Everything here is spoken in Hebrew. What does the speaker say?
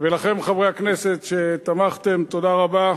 לכם, חברי הכנסת שתמכתם, תודה רבה.